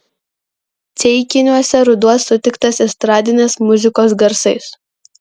ceikiniuose ruduo sutiktas estradinės muzikos garsais